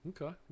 Okay